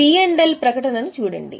P L ప్రకటన ను చూడండి